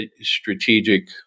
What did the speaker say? strategic